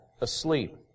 asleep